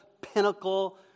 pinnacle